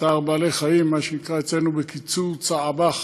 צער בעלי-חיים, מה שנקרא אצלנו בקיצור צעב"ח.